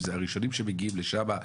הראשונים שמגיעים לשם,